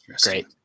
Great